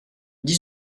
dix